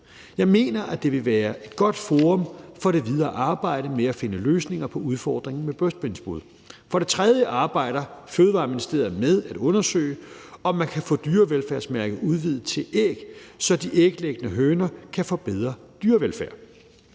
Jeg mener, at det vil være et godt forum for det videre arbejde med at finde løsninger på udfordringen med brystbensbrud. Kl. 13:47 For det tredje arbejder Fødevareministeriet med at undersøge, om man kan få dyrevelfærdsmærket udvidet til at omfatte æg, så de æglæggende høner kan få bedre dyrevelfærd.